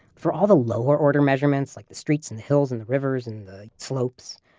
for all the lower order measurements, like the streets and the hills and the rivers and the slopes,